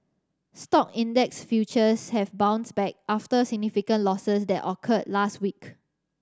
stock index futures have bounced back after significant losses that occurred last week